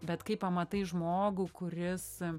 bet kai pamatai žmogų kuris